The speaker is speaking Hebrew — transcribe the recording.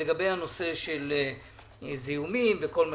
לגבי הנושא של זיהומים וכו'.